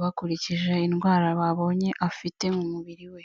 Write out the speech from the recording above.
bakurikije indwara babonye afite mu mubiri we.